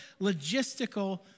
logistical